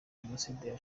jenoside